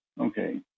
Okay